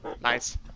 Nice